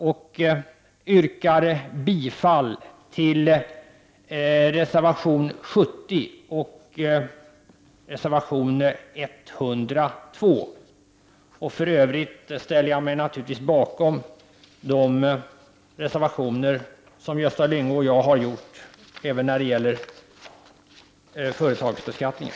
Jag yrkar bifall till reservation 70 och reservation 102. I övrigt ställer jag mig naturligtvis bakom de reservationer som Gösta Lyngå och jag har avlämnat när det gäller företagsbeskattningen.